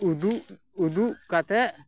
ᱩᱫᱩᱜ ᱩᱫᱩᱜ ᱠᱟᱛᱮ